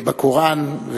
בקוראן,